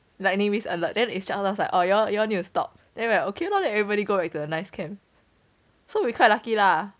lightning risk alert then is just like orh you all you all need to stop then like okay lor then everybody go back to the nice camp so we quite lucky lah